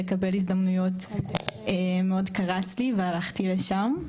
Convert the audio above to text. לקבל הזדמנויות מאוד קרץ לי והלכתי לשם.